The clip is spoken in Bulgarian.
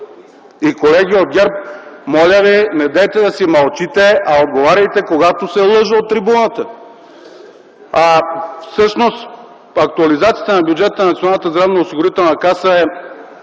Колеги от ГЕРБ, моля ви, недейте да си мълчите! Отговаряйте, когато се лъже от трибуната! Всъщност актуализацията на бюджета на Националната здравноосигурителна каса е